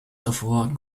davor